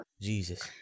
jesus